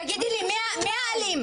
תגידי לי מי האלים?